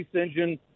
engine